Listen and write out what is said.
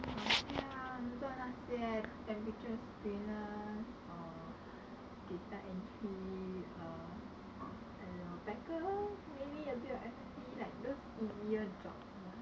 好像做 temperature screener or data entry err I don't know packer maybe a bit of F&B like those easier jobs mah